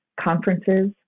conferences